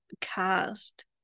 cast